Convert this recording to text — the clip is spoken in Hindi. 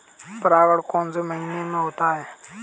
परागण कौन से महीने में होता है?